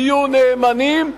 תהיו נאמנים?